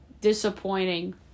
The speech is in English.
disappointing